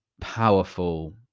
powerful